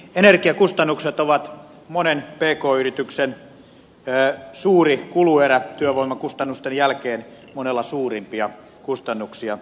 energiakustannukset ovat monen pk yrityksen suuri kuluerä työvoimakustannusten jälkeen monella suurimpia kustannuksia